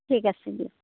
ঠিক আছে দিয়ক